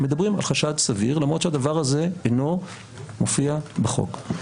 מדברים על חשד סביר למרות שהדבר הזה אינו מופיע בחוק.